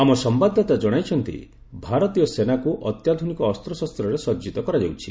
ଆମ ସମ୍ବାଦଦାତା ଜଣାଇଛନ୍ତି ଭାରତୀୟ ସେନାକ୍ ଅତ୍ୟାଧ୍ରନିକ ଅସ୍ତଶସ୍ତରେ ସଜିତ କରାଯାଉଛି